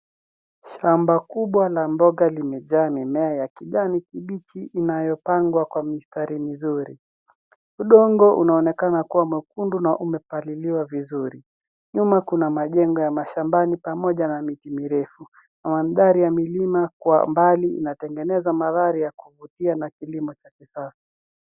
Shamba kubwa la mboga limejaa mimea ya kijani kibichi inayopangwa kwa mistari mizuri. Udongo unaonekana kuwa mwekundu na umepaliliwa vizuri. Nyuma kuna majengo ya mashambani pamoja na miti mirefu. Mandhari ya milima kwa mbali inatengeneza mandhari ya kuvutia na kilimo cha kisasa.